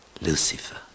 Lucifer